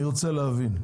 אני רוצה להבין: